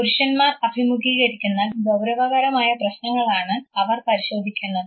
പുരുഷന്മാർ അഭിമുഖീകരിക്കുന്ന ഗൌരവകരമായ പ്രശ്നങ്ങളാണ് അവർ പരിശോധിക്കുന്നത്